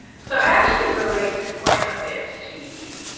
so i actually relate quite a bit to eve,